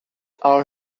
our